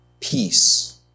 peace